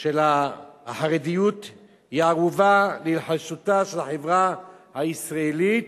של החרדיות היא ערובה להיחלשותה של החברה הישראלית